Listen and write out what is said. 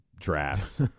Drafts